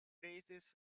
raises